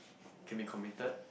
can be committed